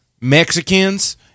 Mexicans